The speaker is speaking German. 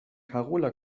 carola